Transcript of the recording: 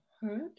heard